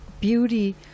beauty